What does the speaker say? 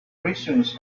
raisins